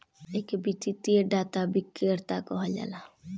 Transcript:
एके वित्तीय डाटा विक्रेता कहल जाला